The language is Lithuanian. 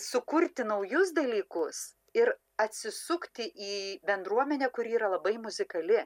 sukurti naujus dalykus ir atsisukti į bendruomenę kuri yra labai muzikali